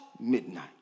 midnight